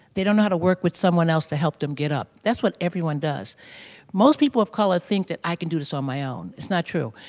they don't know how to work with someone else to help them get up. that's what everyone does most people of color think that i can do this so on my own. it's not true.